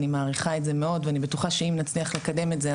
אני מעריכה את זה מאוד ואני בטוחה שאם נצליח לקדם את זה,